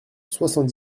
soixante